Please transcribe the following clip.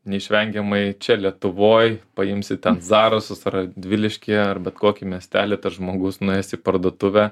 neišvengiamai čia lietuvoj paimsi zarasus radviliškį ar bet kokį miestelį žmogus nuėjęs į parduotuvę